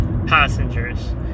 passengers